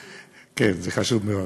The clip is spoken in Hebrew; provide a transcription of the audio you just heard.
כן, זה חשוב מאוד.